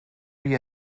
you